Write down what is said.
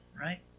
right